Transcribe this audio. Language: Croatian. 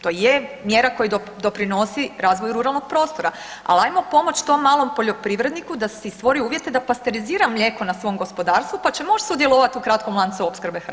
To je mjera doprinosi razvoju ruralnog prostora, ali ajmo pomoći tom malom poljoprivredniku da si stvori uvjete da pasterizira mlijeko na svom gospodarstvu pa će moći sudjelovati u kratkom lancu opskrbe hranom.